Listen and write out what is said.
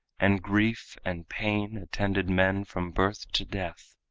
and grief and pain attended men from birth to death.